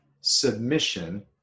submission